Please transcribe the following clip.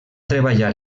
treballar